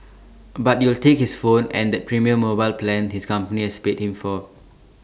but you'll take his phone and that premium mobile plan his company has paid him for